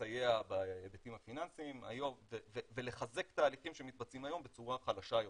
לסייע בהיבטים הפיננסיים ולחזק תהליכים שמתבצעים היום בצורה חלשה יותר.